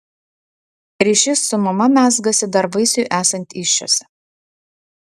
ryšys su mama mezgasi dar vaisiui esant įsčiose